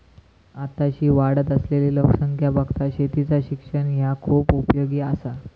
आताशी वाढत असलली लोकसंख्या बघता शेतीचा शिक्षण ह्या खूप उपयोगी आसा